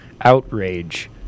outrage